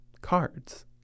cards